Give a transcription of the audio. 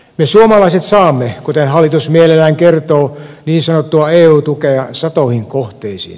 me suomalaiset saamme kuten hallitus mielellään kertoo niin sanottua eu tukea satoihin kohteisiin